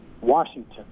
Washington